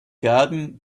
garden